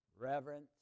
reverence